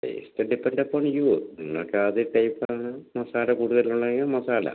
taste depend up on you നിങ്ങൾക്ക് ആ അത് ടേസ്റ്റ് ആണ് മസാല കൂടുതൽ ഉള്ളതും മസാല